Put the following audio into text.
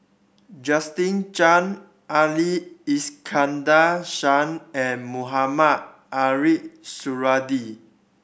Justin Zhuang Ali Iskandar Shah and Mohamed Ariff Suradi